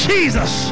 Jesus